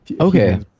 Okay